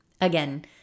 Again